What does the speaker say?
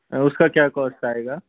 उसका क्या कॉस्ट आएगा